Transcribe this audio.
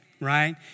right